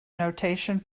notation